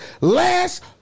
last